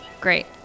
great